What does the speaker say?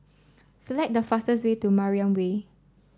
select the fastest way to Mariam Way